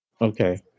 Okay